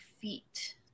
feet